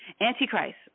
Antichrist